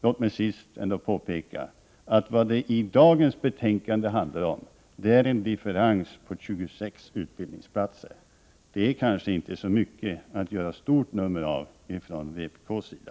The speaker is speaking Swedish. Låt mig till sist påpeka att den differens som det i dagens betänkande handlar om gäller 26 utbildningsplatser. Det är kanske inte så mycket att göra ett stort nummer av från vpk:s sida.